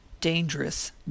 Dangerous